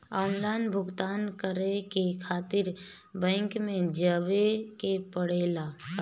Online भुगतान करे के खातिर बैंक मे जवे के पड़ेला का?